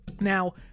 Now